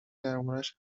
دربارهاش